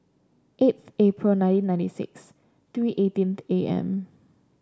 eighth April nineteen ninety six three eighteenth A M